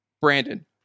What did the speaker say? Brandon